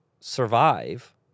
survive